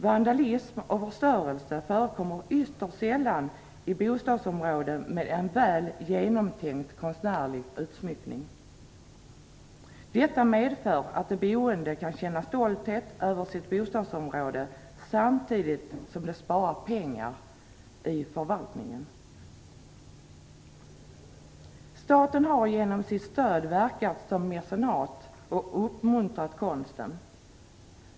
Vandalism och förstörelse förekommer ytterst sällan i bostadsområden med en väl genomtänkt konstnärlig utsmyckning. Detta medför att de boende kan känna stolthet över sitt bostadsområde, samtidigt som förvaltningen sparar pengar. Staten har genom sitt stöd verkat som mecenat och uppmuntrat konsten.